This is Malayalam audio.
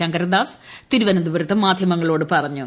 ശങ്കരദാസ് തിരുവനന്തപുരത്ത് മാധ്യമങ്ങളോട് പറഞ്ഞു